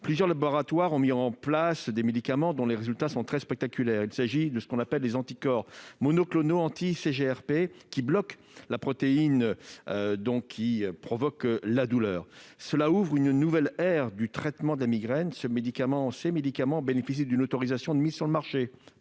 Plusieurs laboratoires ont mis en place des médicaments dont les résultats sont tout à fait spectaculaires. Il s'agit des anticorps monoclonaux anti-CGRP, qui bloquent la protéine responsable de la douleur. Cela ouvre une nouvelle ère du traitement de la migraine. Ces médicaments bénéficient d'une autorisation de mise sur le marché